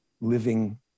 living